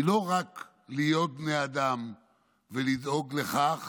היא לא רק להיות בני אדם ולדאוג לכך